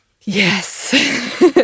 yes